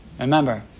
remember